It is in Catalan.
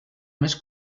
més